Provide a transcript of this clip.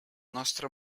nostre